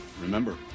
remember